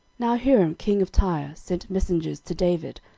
now hiram king of tyre sent messengers to david,